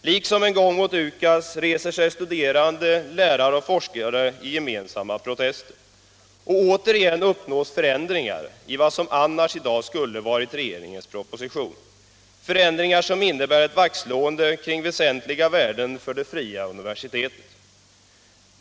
Liksom en gång mot UKAS reser sig studerande, lärare och forskare i gemensamma protester. Och återigen uppnås förändringar i vad som annars i dag skulle ha varit regeringens proposition, förändringar som innebär ett vaktslående kring väsentliga värden för de fria universiteten.